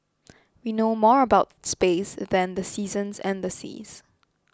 we know more about space than the seasons and the seas